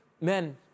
Men